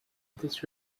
this